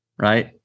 Right